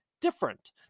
different